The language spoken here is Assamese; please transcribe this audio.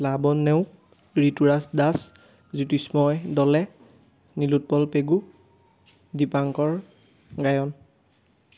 লাভন নেও ঋতুৰাজ দাস জ্যোতিষ্ময় দলে নিলোৎপল পেগু দীপাংকৰ গায়ন